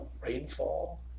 rainfall